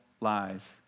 lies